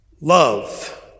love